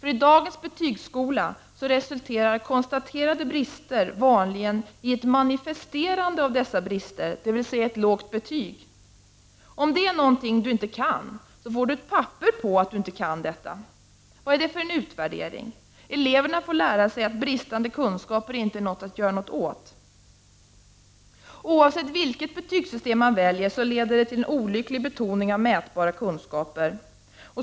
I dagens betygsskola resulterar konstaterade brister vanligen i ett manifesterande av dessa brister, d.v.s. i ett lågt betyg. Om det är något du inte kan så får du ett papper på att du inte kan detta. Vad är det för en utvärdering? Eleverna får lära sig att bristande kunskaper inte är något att göra någonting åt. Oavsett vilket betygssystem man väljer så leder det till en olycklig betoning av mätbara kunskaper.